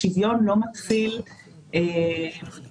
השוויון לא מתחיל מהסוף